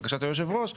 לבקשת יושב הראש,